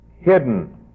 hidden